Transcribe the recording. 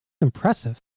impressive